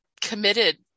committed